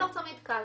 זה לא תמיד קל.